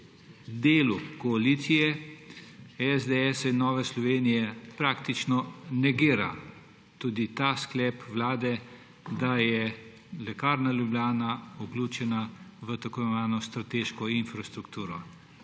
dela koalicije, SDS in Nove Slovenije, se praktično negira sklep Vlade, da je Lekarna Ljubljana vključena v tako imenovano strateško infrastrukturo.